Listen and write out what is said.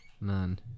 None